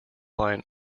line